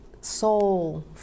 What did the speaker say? soul